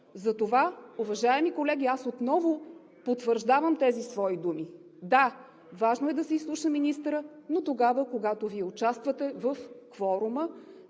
Ангелов. Уважаеми колеги, аз отново потвърждавам тези свои думи. Да, важно е да се изслуша министърът, но тогава, когато Вие участвате в кворума,